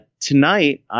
tonight